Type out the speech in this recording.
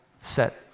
set